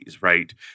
right